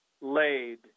laid